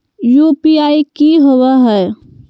UPI की होवे हय?